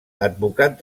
advocat